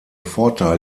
vorteil